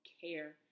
care